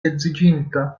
edziĝinta